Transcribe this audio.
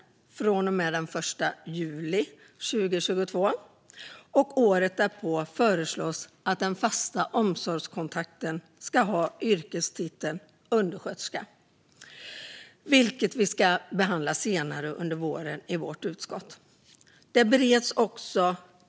Från och med den 1 juli 2022 blir det en fast omsorgskontakt i hemtjänsten. Senare under våren ska vi i vårt utskott behandla ett förslag om att den fasta omsorgskontakten året därpå ska ha yrkestiteln undersköterska.